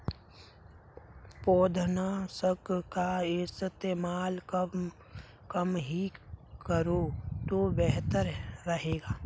पौधनाशक का इस्तेमाल कम ही करो तो बेहतर रहेगा